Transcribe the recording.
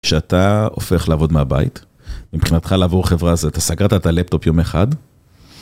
כשאתה הופך לעבוד מהבית, מבחינתך לעבור חברה זו, אתה סגרת את הלפטופ יום אחד.